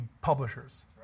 publishers